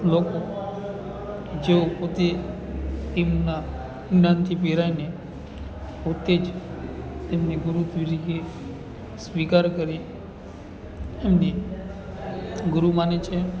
લોકો જો પોતે એમના જ્ઞાનથી પ્રેરાઈને પોતે જ તેમને ગુરુ તુરીકે સ્વીકાર કરી એમને ગુરુ માને છે